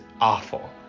awful